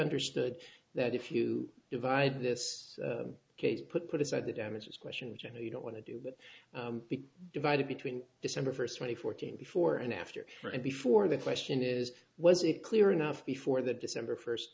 understood that if you divide this case put aside the damages question which i know you don't want to do but be divided between december first twenty fourteen before and after and before the question is was it clear enough before the december first